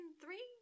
three